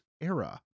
era